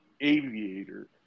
aviator